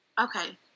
Okay